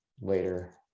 later